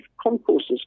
concourses